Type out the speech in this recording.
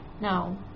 No